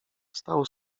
wstał